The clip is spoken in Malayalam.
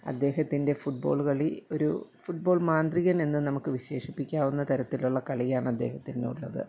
ആദ്ദേഹത്തിൻ്റെ ഫുട്ബോൾ കളി ഒരു ഫുട്ബോൾ മാന്ത്രികനെന്ന് നമുക്ക് വിശേഷിപ്പിക്കാവുന്ന തരത്തിലുള്ള കളിയാണ് അദ്ദേഹത്തിനുള്ളത്